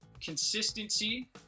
consistency